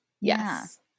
yes